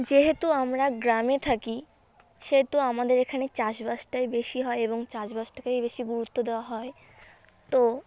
যেহেতু আমরা গ্রামে থাকি সেহেতু আমাদের এখানে চাষবাসটাই বেশি হয় এবং চাষবাসটাকেই বেশি গুরুত্ব দেওয়া হয় তো